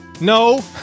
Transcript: No